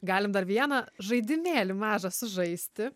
galim dar vieną žaidimėlį mažą sužaisti